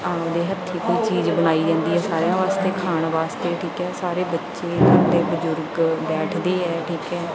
ਆਪਣੇ ਹੱਥੀਂ ਕੋਈ ਚੀਜ਼ ਬਣਾਈ ਜਾਂਦੀ ਹੈ ਸਾਰਿਆਂ ਵਾਸਤੇ ਖਾਣ ਵਾਸਤੇ ਠੀਕ ਹੈ ਸਾਰੇ ਬੱਚੇ ਵੱਡੇ ਬਜ਼ੁਰਗ ਬੈਠਦੇ ਹੈ ਠੀਕ ਹੈ